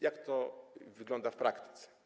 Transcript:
Jak to wygląda w praktyce?